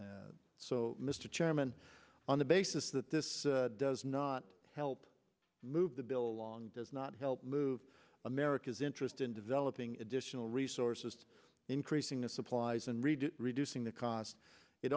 so mr chairman on the basis that this does not help move the bill long does not help move america's interest in developing additional resources to increasing the supplies and read reducing the cost it